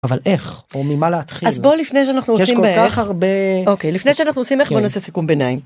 אבל איך או ממה להתחיל, אז בוא לפני שאנחנו עושים איך, יש כל כך הרבה, אוקיי לפני שאנחנו עושים איך בא נעשה סיכום ביניים.